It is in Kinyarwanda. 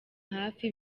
hafi